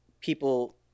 people